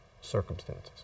circumstances